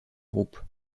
groupe